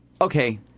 okay